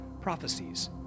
prophecies